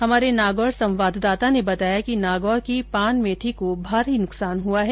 हमारे नागौर संवाददाता ने बताया कि नागौर की पानमैथी को भारी नुकसान हुआ है